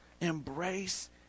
embrace